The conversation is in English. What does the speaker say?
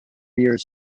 years